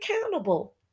accountable